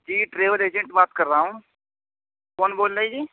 جی travel agent بات کر رہا ہوں کون بول رہے ہیں جی